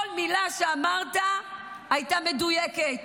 כל מילה שאמרת הייתה מדויקת.